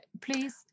please